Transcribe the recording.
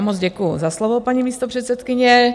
Moc děkuji za slovo, paní místopředsedkyně.